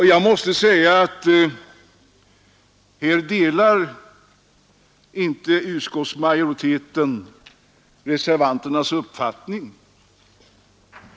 Här delar utskottsmajoriteten inte reservanternas uppfattning.